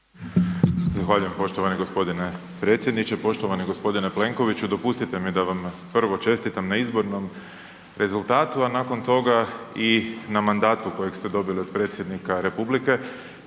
Zahvaljujem poštovani gospodine predsjedniče. Poštovani gospodine Plenkoviću dopustite mi da vam prvo čestitam na izbornom rezultatu, a nakon toga i na mandatu kojeg ste dobili od predsjednika Republike